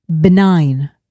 benign